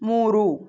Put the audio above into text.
ಮೂರು